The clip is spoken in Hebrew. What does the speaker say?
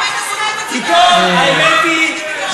האמת היא,